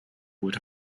would